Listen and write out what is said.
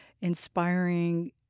inspiring